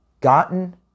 gotten